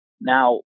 Now